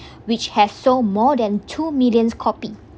which has sold more than two million copy